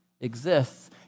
exists